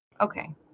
Okay